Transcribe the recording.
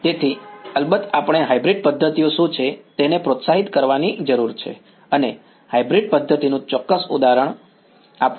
તેથી અલબત્ત આપણે હાઇબ્રિડ પદ્ધતિઓ શું છે તેને પ્રોત્સાહિત કરવાની જરૂર છે અને હાઇબ્રિડ પદ્ધતિનું ચોક્કસ ઉદાહરણ આપવું જોઈએ